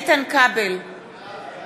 בעד אלי כהן, נגד יצחק